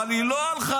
אבל היא לא הלכה